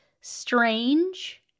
strange